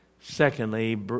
Secondly